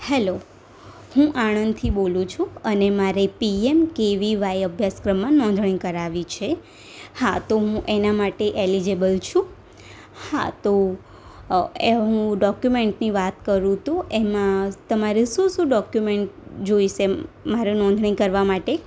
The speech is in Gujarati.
હેલો હું આણંદથી બોલું છું અને મારે પીએમ કેવીવાય અભ્યાસક્રમમાં નોંધણી કરાવવી છે હા તો હું એનાં માટે એલિજેબલ છું હા તો એ હું ડોક્યુમેન્ટની વાત કરું તો એમાં તમારે શું શું ડોક્યુમેન્ટ જોઇશે મારે નોંધણી કરવા માટે